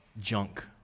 junk